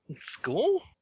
school